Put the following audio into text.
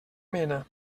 mena